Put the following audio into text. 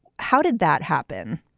how did that happen?